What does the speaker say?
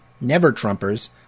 never-Trumpers